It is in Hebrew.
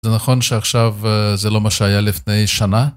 זה נכון שעכשיו זה לא מה שהיה לפני שנה?